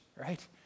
right